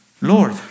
Lord